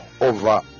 over